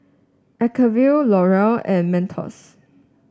Acuvue L Oreal and Mentos